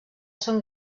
són